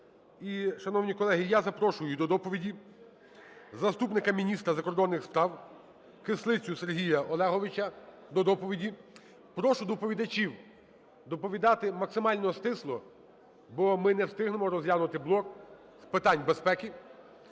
шановні колеги, я запрошую до доповіді заступника міністра закордонних справ Кислицю Сергія Олеговича до доповіді. Прошу доповідачів доповідати максимально стисло, бо ми не встигнемо розглянути блок з питань безпеки.